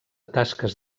tasques